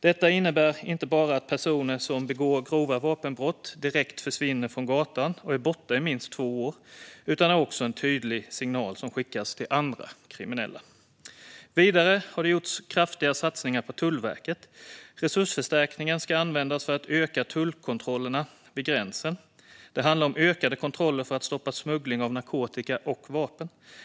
Detta innebär inte bara att personer som begår grova vapenbrott direkt försvinner från gatan och är borta i minst två år, utan det är också en tydlig signal som skickas till andra kriminella. Vidare har det gjorts kraftiga satsningar på Tullverket. Resursförstärkningen ska användas för att öka tullkontrollerna vid gränsen. Det handlar om ökade kontroller för att stoppa smuggling av narkotika och vapen.